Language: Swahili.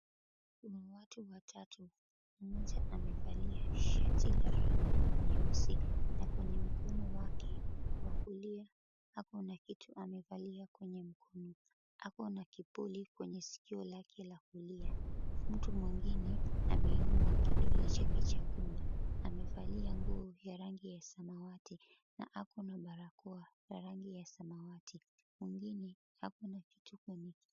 Kuna watu watatu. Mmoja amevalia shati la rangi nyeusi, na kwenye mkono wake wa kulia ako na kitu amevalia kwenye mkono, ako na kipuli kwenye sikio lake la kulia. Mtu mwingine ameinua kidole chake cha gumba, amevalia nguo ya rangi ya samawati na ako na barakoa ya rangi ya samawati. Mwingine ako na kitu kwenye...